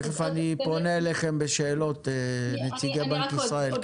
תיכף אני פונה אליכם בשאלות, נציגי בנק ישראל.